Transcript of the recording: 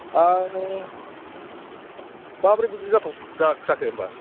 आं माब्रै बिदि जाथावथाव जाखो होमब्ला